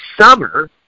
summer